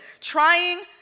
trying